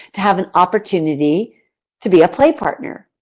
to have an opportunity to be a play partner?